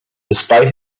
despite